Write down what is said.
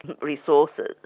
resources